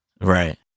Right